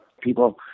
people